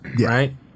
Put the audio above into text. right